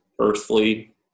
earthly